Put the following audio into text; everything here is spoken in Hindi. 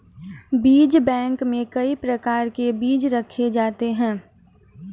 बीज बैंक में कई प्रकार के बीज रखे जाते हैं